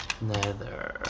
nether